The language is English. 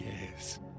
yes